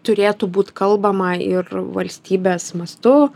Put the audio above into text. turėtų būt kalbama ir valstybės mastu